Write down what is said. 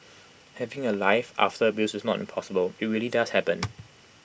having A life after abuse is not impossible IT really does happen